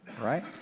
right